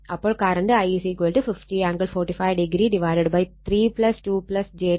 അപ്പോൾ current I 50 angle 45° 3 2 j 10